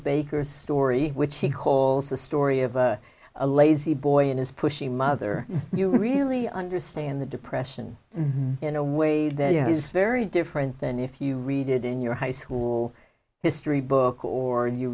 baker's story which he calls the story of a lazy boy and his pushy mother you really understand the depression in a way that is very different than if you read it in your high school history book or